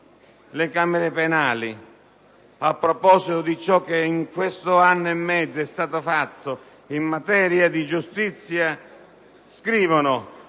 le camere penali a proposito di ciò che in quest'anno e mezzo è stato fatto in materia di giustizia: «Molte